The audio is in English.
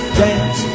dance